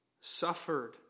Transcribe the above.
suffered